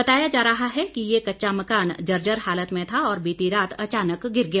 बताया जा रहा है कि ये कच्चा मकान जर्जर हालत में था और बीती रात अचानक गिर गया